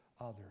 others